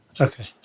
Okay